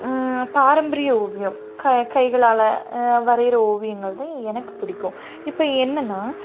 பாரம்பரிய ஓவியம் க கைகளால் வரைகிற ஓவியங்கள்தான் எனக்கு பிடிக்கும் இப்போ என்னென்னா